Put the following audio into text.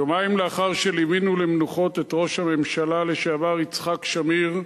יומיים לאחר שליווינו למנוחות את ראש הממשלה לשעבר יצחק שמיר,